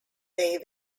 they